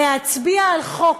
להצביע על חוק,